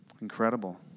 Incredible